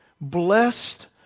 blessed